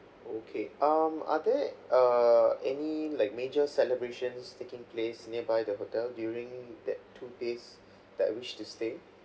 okay um are there err any like major celebrations taking place nearby the hotel during that two days that I wish to stay